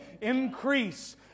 Increase